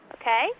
Okay